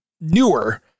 newer